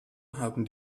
haben